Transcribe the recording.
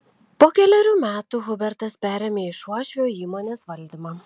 po kelerių metų hubertas perėmė iš uošvio įmonės valdymą